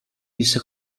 disse